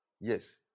yes